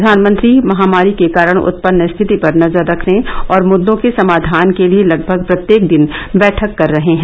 प्रधानमंत्री महामारी के कारण उत्पन्न स्थिति पर नजर रखने और मृद्दों के समाधान के लिए लगभग प्रत्येक दिन बैठक कर रहे हैं